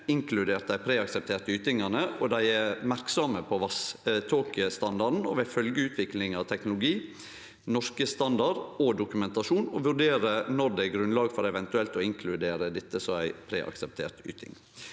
inkludert dei preaksepterte ytingane. Dei er merksame på vasståkestandarden og vil følgje utviklinga av teknologi, Norsk Standard og dokumentasjon og vurdere når det er grunnlag for eventuelt å inkludere dette som ei preakseptert yting.